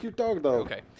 Okay